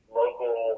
local